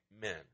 men